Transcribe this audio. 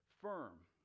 firm